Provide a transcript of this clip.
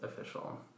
official